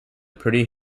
pretty